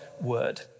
word